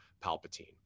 Palpatine